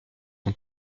son